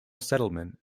settlement